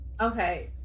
Okay